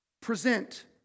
Present